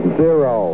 zero